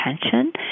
attention